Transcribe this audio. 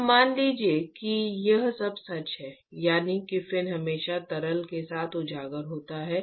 अब मान लीजिए कि वह सब सच है यानी कि फिन हमेशा तरल के साथ उजागर होता है